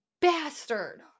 bastard